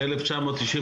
ב-1999,